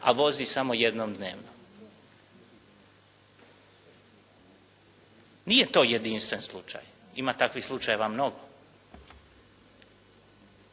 a vozi samo jednom dnevno. Nije to jedinstven slučaj. Ima takvih slučajeva mnogo.